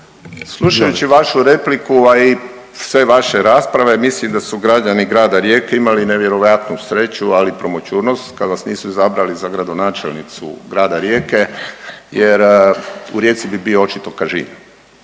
Slušajući vašu repliku, sve vaše rasprave mislim da su građani grada Rijeke imali nevjerojatnu sreću, ali i promućurnost kad vas nisu izabrali za gradonačelnicu grada Rijeke, jer u Rijeci bi bio očito kažin.